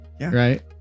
right